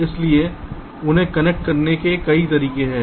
इसलिए उन्हें कनेक्ट करने के कई तरीके हैं